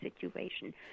situation